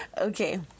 okay